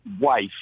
wife